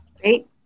Great